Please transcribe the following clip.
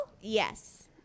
Yes